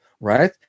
right